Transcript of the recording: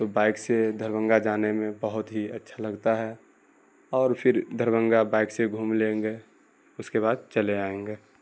تو بائک سے دربھنگہ جانے میں بہت ہی اچھا لگتا ہے اور پھر دربھنگہ بائک سے گھوم لیں گے اس کے بعد چلے آئیں گے